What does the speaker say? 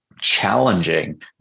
challenging